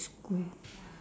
school